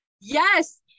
Yes